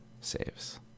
saves